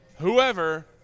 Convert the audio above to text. whoever